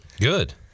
good